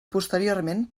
posteriorment